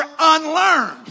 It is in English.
unlearned